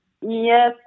Yes